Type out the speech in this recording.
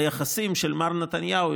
היחסים של מר נתניהו,